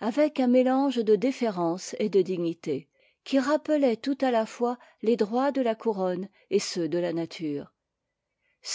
avec un mélange de déférence et de dignité qui rappelait tout à la fois les droits de la couronne et ceux de la nature